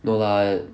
no lah